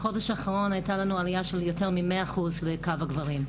בחודש האחרון הייתה לנו עלייה של יותר ממאה אחוז בקו הגברים.